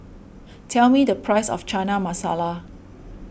tell me the price of Chana Masala